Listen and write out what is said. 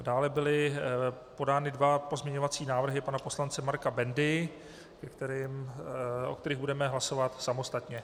Dále byly podány dva pozměňovací návrhy pana poslance Marka Bendy, o kterých budeme hlasovat samostatně.